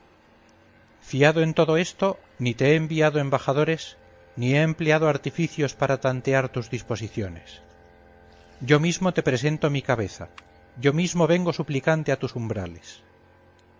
fiado en todo esto ni te he enviado embajadores ni he empleado artificios para tantear tus disposiciones yo mismo te presento mi cabeza yo mismo vengo suplicante a tus umbrales